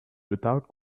without